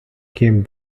came